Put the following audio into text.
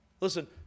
Listen